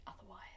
otherwise